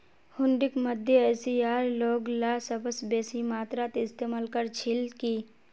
हुंडीक मध्य एशियार लोगला सबस बेसी मात्रात इस्तमाल कर छिल की